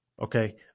Okay